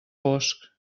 boscs